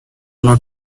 not